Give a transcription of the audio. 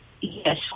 Yes